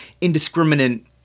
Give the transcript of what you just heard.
indiscriminate